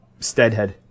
steadhead